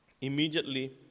immediately